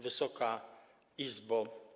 Wysoka Izbo!